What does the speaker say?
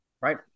Right